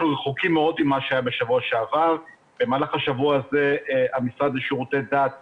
שהסתבר שאין פה בכלל סוגיה כי דרך מינהל אגף